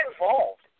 involved